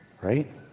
Right